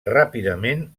ràpidament